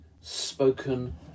Spoken